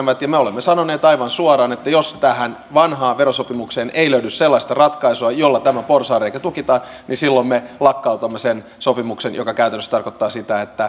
me olemme sanoneet aivan suoraan että jos tähän vanhaan verosopimukseen ei löydy sellaista ratkaisua jolla tämä porsaanreikä tukitaan niin silloin me lakkautamme sen sopimuksen mikä käytännössä tarkoittaa sitä että systeemiä ei voi enää jatkaa